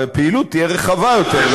הפעילות תהיה רחבה יותר.